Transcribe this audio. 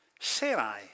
Sarai